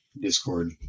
Discord